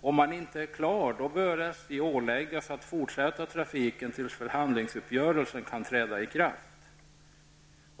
Om man inte är klar då, bör SJ